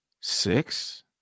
six